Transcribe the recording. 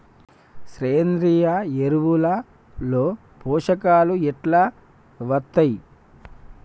సేంద్రీయ ఎరువుల లో పోషకాలు ఎట్లా వత్తయ్?